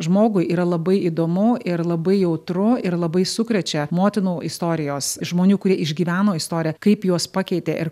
žmogui yra labai įdomu ir labai jautru ir labai sukrečia motinų istorijos žmonių kurie išgyveno istorija kaip juos pakeitė ir